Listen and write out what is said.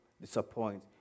disappoint